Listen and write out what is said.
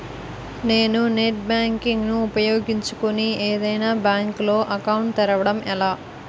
నేను net banking ను ఉపయోగించుకుని ఏదైనా బ్యాంక్ లో అకౌంట్ తెరవడం ఎలా?